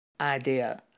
idea